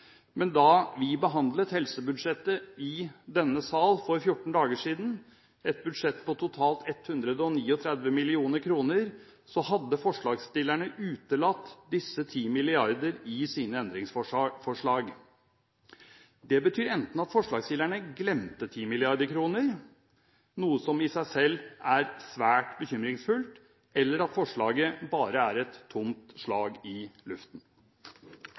men da vi behandlet helsebudsjettet i denne sal for 14 dager siden, et budsjett på totalt 139 mill. kr, hadde forslagsstillerne utelatt disse 10 mrd. kr i sine endringsforslag. Det betyr enten at forslagsstillerne glemte 10 mrd. kr – noe som i seg selv er svært bekymringsfullt – eller at forslaget bare er et tomt slag i luften.